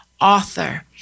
author